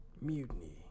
Mutiny